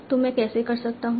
तो मैं कैसे कर सकता हूँ